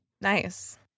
Nice